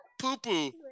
poo-poo